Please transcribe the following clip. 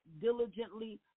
diligently